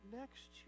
next